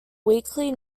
weekly